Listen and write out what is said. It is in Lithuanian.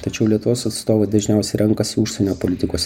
tačiau lietuvos atstovai dažniausiai renkasi užsienio politikos